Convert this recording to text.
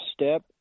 step